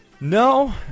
No